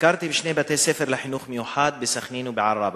ביקרתי בשני בתי-ספר לחינוך מיוחד בסח'נין ובעראבה.